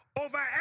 Over